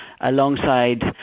alongside